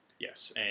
Yes